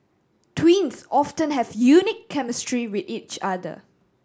twins often have unique chemistry with each other